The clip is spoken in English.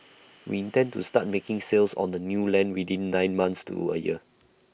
we intend to start making sales on the new land within nine months to A year